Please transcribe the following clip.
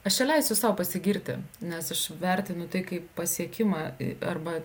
aš čia leisiu sau pasigirti nes aš vertinu tai kaip pasiekimą arba